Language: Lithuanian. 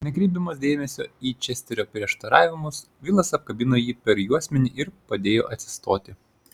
nekreipdamas dėmesio į česterio prieštaravimus vilas apkabino jį per juosmenį ir padėjo atsistoti